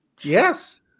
Yes